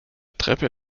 treppe